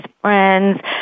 friends